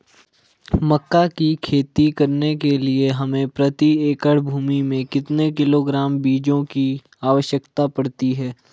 मक्का की खेती करने के लिए हमें प्रति एकड़ भूमि में कितने किलोग्राम बीजों की आवश्यकता पड़ती है?